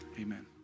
Amen